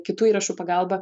kitų įrašų pagalba